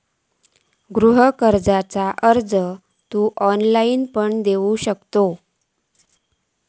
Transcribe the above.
गृह कर्जाचो अर्ज तू ऑनलाईण पण देऊ शकतंस